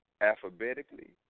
alphabetically